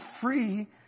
free